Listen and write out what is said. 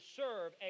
serve